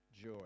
joy